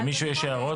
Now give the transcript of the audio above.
למישהו יש הערות?